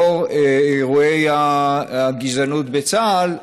לאור אירועי הגזענות בצה"ל,